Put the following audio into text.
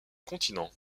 continent